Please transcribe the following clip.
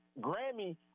Grammy